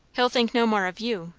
he'll think no more of you,